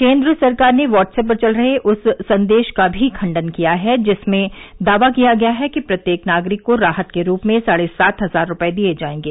केंद्र सरकार ने व्हाट्सएप पर चल रहे उस संदेश का भी खंडन है जिसमें दावा किया गया है कि प्रत्येक नागरिक को राहत के रूप में साढ़े सात हजार रुपये दिए जाएंगे